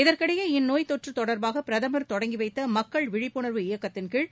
இதற்கிஎடயே இந்நோய் தொற்றுதொடர்பாக பிரதமர் தொடங்கிவைத்தமக்கள் விழிப்புணர்வு இயக்கத்தின்கீழ்